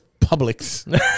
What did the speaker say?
Publix